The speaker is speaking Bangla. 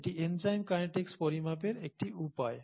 এটি এনজাইম কাইনেটিক্স পরিমাপের একটি উপায়